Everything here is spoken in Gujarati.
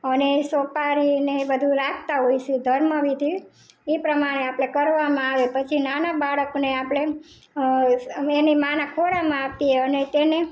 અને સોપારીને બધું રાખતા હોઇએ છીએ ધર્મ વિધિ એ પ્રમાણે આપણે કરવામાં આવે પછી નાના બાળકને આપણે એની માંના ખોળામાં આપી અને તેને